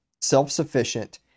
self-sufficient